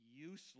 useless